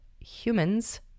humans